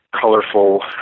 colorful